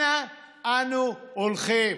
אנה אנו הולכים?